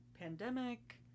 pandemic